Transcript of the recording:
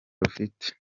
rufite